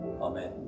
Amen